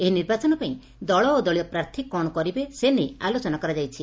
ଏହି ନିର୍ବାଚନ ପାଇଁ ଦଳ ଓ ଦଳୀୟ ପ୍ରାର୍ଥୀ କ'ଣ କରିବେ ସେ ନେଇ ଆଲୋଚନା କରାଯାଇଛି